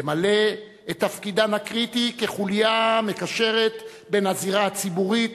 למלא את תפקידן הקריטי כחוליה מקשרת בין הזירה הציבורית